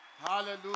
Hallelujah